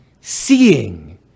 seeing